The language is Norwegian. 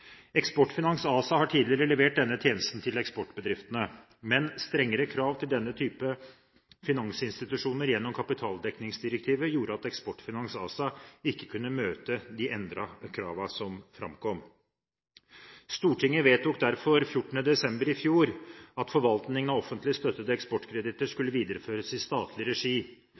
Eksportfinans ASA har tidligere levert denne tjenesten til eksportbedriftene, men strengere krav til denne type finansinstitusjoner gjennom kapitaldekningsdirektivet gjorde at Eksportfinans ASA ikke kunne møte de endrede kravene som framkom. Stortinget vedtok derfor 14. desember i fjor at forvaltningen av offentlig støttede eksportkreditter skulle videreføres i statlig regi